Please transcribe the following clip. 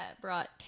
brought